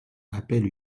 appelle